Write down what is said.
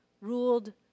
ruled